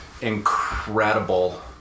incredible